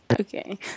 Okay